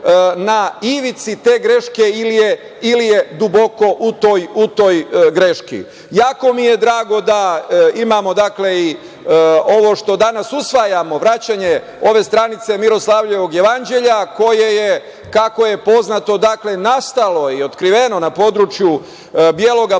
na ivici te greške ili je duboko u toj greški. Jako mi je drago da imamo ovo što danas usvajamo, vraćanje ove stranice Miroslavljevog jevanđelja, koje je, kako je poznato, nastalo i otkriveno na području Bijelog